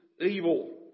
evil